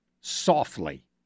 softly